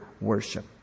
worship